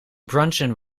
brunchen